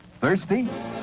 Thirsty